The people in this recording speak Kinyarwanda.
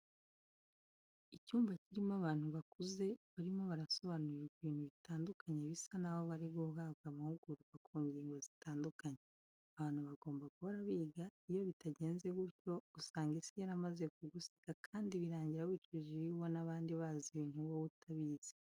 Icyumba kirimo abantu bakuze barimo barasobanurirwa ibintu bitandukanye bisa naho bari guhabwa amahugurwa ku ngingo zitandukanye. Abantu bagomba guhora biga, iyo bitagenze gutyo usanga Isi yaramaze kugusiga kandi birangira wicujije iyo ubona abandi bazi ibintu wowe utabizi.